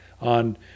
on